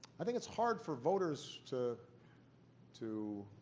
i think it's hard for voters to to